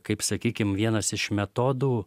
kaip sakykim vienas iš metodų